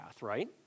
right